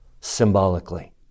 symbolically